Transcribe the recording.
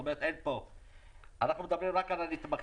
אנחנו מדברים רק על הנתמכים.